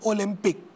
Olympic